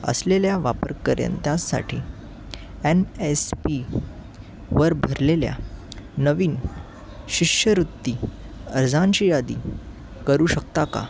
असलेल्या वापरकर्त्यांसाठी N S पीवर भरलेल्या नवीन शिष्यवृत्ती अर्जांची यादी करू शकता का